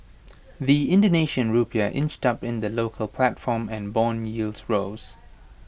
the Indonesian Rupiah inched up in the local platform and Bond yields rose